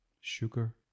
sugar